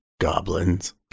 goblins